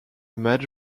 match